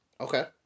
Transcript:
Okay